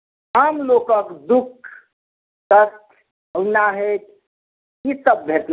आन लोकक दुःख सङ्ग औगनाहयट की सभ भेटलनि